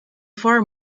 far